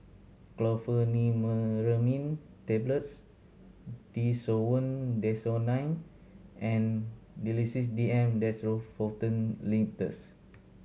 Chlorpheniramine Tablets Desowen Desonide and Sedilix D M Dextromethorphan Linctus